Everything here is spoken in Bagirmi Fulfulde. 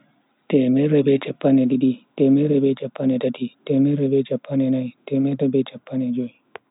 Temerre be chappan e did, temerre be chappan e tati, temerre be chappan e nai, temerre be chappan e jui.